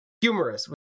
humorous